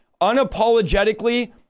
unapologetically